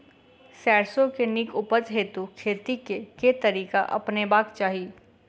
सैरसो केँ नीक उपज हेतु खेती केँ केँ तरीका अपनेबाक चाहि?